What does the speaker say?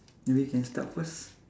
maybe you can start first